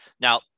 Now